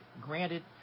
granted